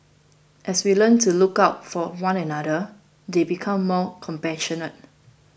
as they learn to look out for one another they become more compassionate